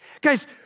Guys